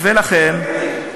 אתה תגיד לי,